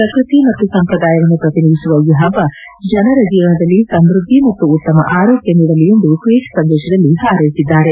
ಪ್ರಕೃತಿ ಮತ್ತು ಸಂಪ್ರದಾಯವನ್ನು ಪ್ರತಿನಿಧಿಸುವ ಈ ಹಬ್ಲ ಜನರ ಜೀವನದಲ್ಲಿ ಸಮೃದ್ದಿ ಮತ್ತು ಉತ್ತಮ ಆರೋಗ್ಲ ನೀಡಲಿ ಎಂದು ಟ್ವೀಟ್ ಸಂದೇಶದಲ್ಲಿ ಹಾರ್ೈಸಿದ್ದಾರೆ